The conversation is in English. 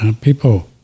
People